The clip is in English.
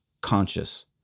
conscious